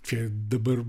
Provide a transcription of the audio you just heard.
čia dabar